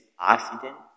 accident